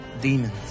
demons